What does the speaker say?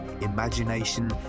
imagination